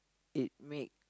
it make